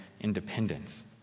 independence